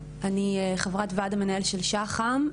אני חברת ועד המנהל של שח"ם,